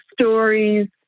stories